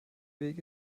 weg